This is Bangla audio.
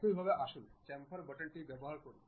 একইভাবে আসুন চাম্পার বাটনটি ব্যবহার করি